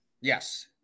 Yes